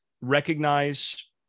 recognize